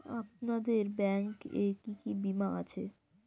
আপনাদের ব্যাংক এ কি কি বীমা আছে?